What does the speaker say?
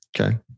Okay